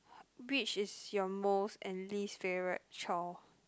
which is your most and least favourite chore